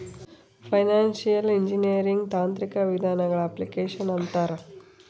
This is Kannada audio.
ಫೈನಾನ್ಶಿಯಲ್ ಇಂಜಿನಿಯರಿಂಗ್ ತಾಂತ್ರಿಕ ವಿಧಾನಗಳ ಅಪ್ಲಿಕೇಶನ್ ಅಂತಾರ